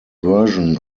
version